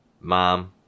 Mom